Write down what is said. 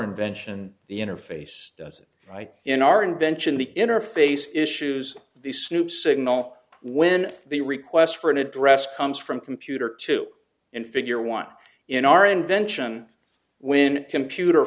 invention the interface doesn't write in our invention the interface issues the soup signal when the request for an address comes from computer to in figure one in our invention when computer